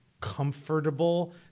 comfortable